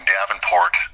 Davenport